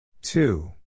Two